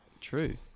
True